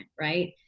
right